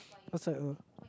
i was like ugh